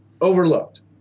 overlooked